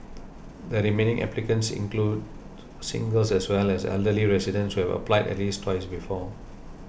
the remaining applicants include singles as well as elderly residents who have applied at least twice before